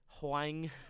Huang